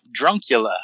Druncula